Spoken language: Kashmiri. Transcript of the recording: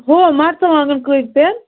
ہُہ مَرژٕوانگَن کٔہۍ پٮ۪ن